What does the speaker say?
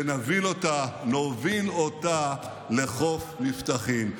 ונוביל אותה לחוף מבטחים.